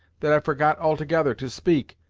that i forgot altogether to speak,